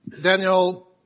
Daniel